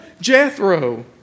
Jethro